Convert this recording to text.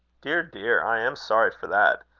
dear! dear! i am sorry for that.